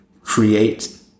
create